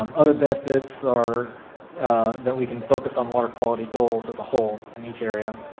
um other benefits are that we can focus on water quality goals as a whole in each area.